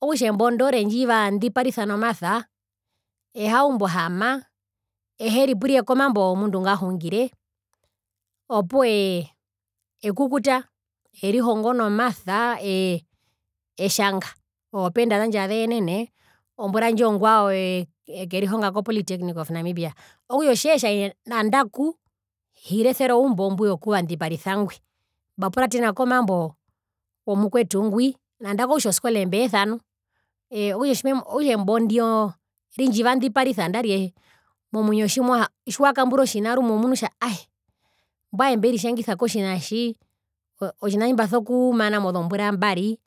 Okutja embo ndo rendjivandiparisa nomasa ehaumbu ohama eheripurire komambo womundu ngahungire opuwo ee ekukuta erihongo nomasa ee etjanga ozopenda zandje azeenene ombura ndji ongwao ekerihonga ko politechnic of namibia okutja otjeetja nandaku hiresere oumbo mbwi wokuvandiparisa ngwi mbapuratena komambo womukwetu ngwi nandaku okutja oskole mbeesa nu ii okutja embondi rindjivandiparisa nandarire momwinyo tjiwaa tjiwakambura otjina rumwe omunu kutja aee mbwae mberitjangisa kotjina tji otjina otjina tji mbaso kumana mozombura mbari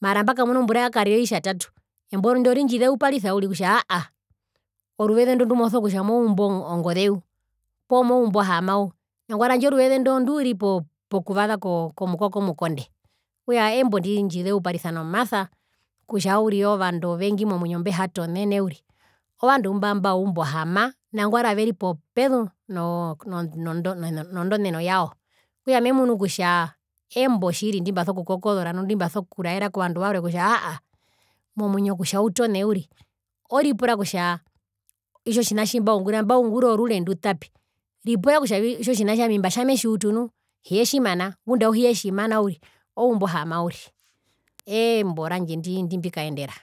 mara mbakamuna ombura yakarira oitjatatu embo ndo rindjizeuparisa uriri kutja aahaa oruveze ndo ndusokutja moumbu ongoze uriri poo moumbu ohama uriri nangwari handje oruveze ndo onduri po pokuvasa komukoka omukonde okutja embo ndindjizeuparisa nomasa kutja uriri ovandu ovengi momwinyo mbehatonene uririovandu mba mbaumba ohama nangwari averi popezu no no noku nondoneno yao okutja memunu kutjaa embo ndimbaso kukokosora nu ndimbaso kuraera kovandu varwe kutja aahaa momwinyo kutja utone uriri oripura kutjaa itjo tjina tjimbaungura mbaungura orure ripura kutjavii itjo tjina tjo ami mbatja metjiutu heetjimana ngunda auhiyetjimana uriri oumbu ohama uriri eembo randje ndimbikaendera.